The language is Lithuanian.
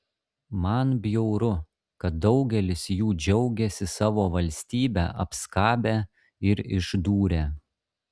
man bjauru kad daugelis jų džiaugiasi savo valstybę apskabę ir išdūrę